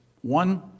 One